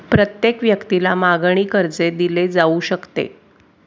प्रत्येक व्यक्तीला मागणी कर्ज दिले जाऊ शकते